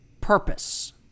purpose